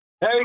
Hey